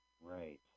Right